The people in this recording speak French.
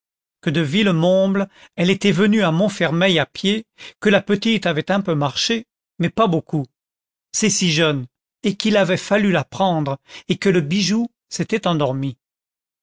que de villemomble elle était venue à montfermeil à pied que la petite avait un peu marché mais pas beaucoup c'est si jeune et qu'il avait fallu la prendre et que le bijou s'était endormi